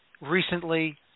recently